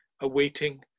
awaiting